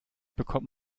bekommt